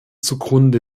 zugrunde